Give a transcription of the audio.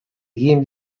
jiem